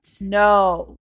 no